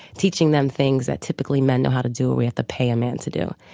teaching them things that typically men know how to do or we have to pay a man to do.